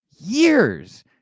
years